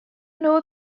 know